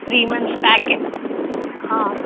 three months package